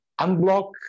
unblock